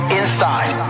inside